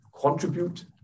contribute